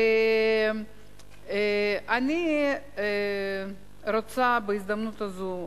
אני רוצה בהזדמנות זו,